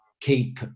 keep